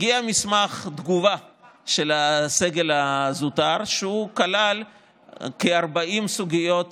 הגיע מסמך תגובה של הסגל הזוטר שכלל כ-40 סוגיות